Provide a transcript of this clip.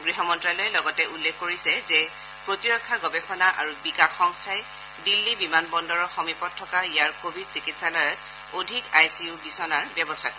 গৃহ মন্তালয়ে লগতে উল্লেখ কৰিছে যে প্ৰতিৰক্ষা গৱেষণা আৰু বিকাশ সংস্থাই দিল্লী বিমান বন্দৰৰ সমীপত থকা ইয়াৰ কোৱিড চিকিৎসালয়ত অধিক আই চি ইউ বিচনাৰ ব্যৱস্থা কৰিব